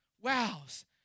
wows